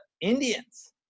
Indians